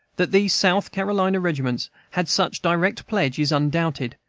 that these south carolina regiments had such direct pledge is undoubted,